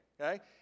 okay